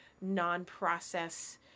non-process